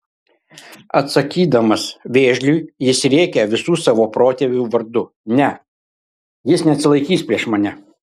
atsakydamas vėžliui jis rėkia visų savo protėvių vardu ne jis neatsilaikys prieš mane